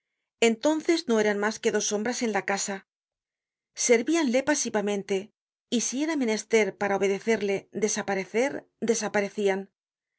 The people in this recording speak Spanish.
entonces no eran mas que dos sombras en la casa servíanle pasivamente y si era menester para obedecerle desaparecer desaparecian